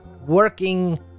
working